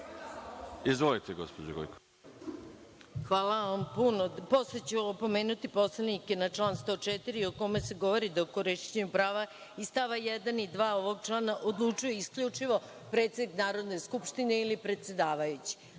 Gojković. **Maja Gojković** Hvala vam puno. Posle ćemo opomenuti poslanike na član 104. u kome se govori da korišćenjem prava iz stava 1. i 2. ovog člana odlučuje isključivo predsednik Narodne skupštine ili predsedavajući.